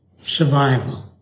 Survival